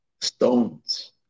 Stones